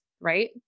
right